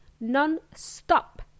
non-stop